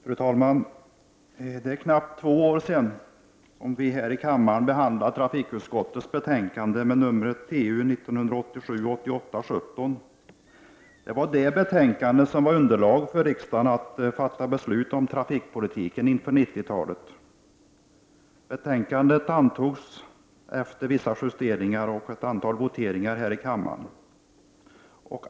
Fru talman! För knappt två år sedan behandlade vi här i kammaren trafikutskottets betänkande TU1987/88:17. Det var det betänkande som var underlag för riksdagens beslut om trafikpolitiken inför 90-talet. Betänkandet antogs efter vissa justeringar och ett antal voteringar här i kammaren.